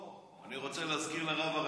שלמה, אני רוצה להזכיר לרב הרפורמי.